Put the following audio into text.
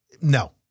No